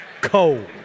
cold